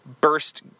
Burst